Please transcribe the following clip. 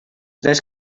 tres